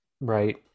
Right